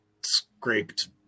scraped